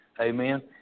Amen